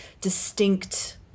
distinct